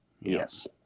Yes